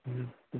হুম হুঁ